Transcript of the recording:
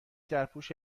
درپوش